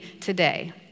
today